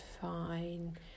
fine